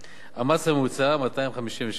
המס הממוצע, 257 מיליון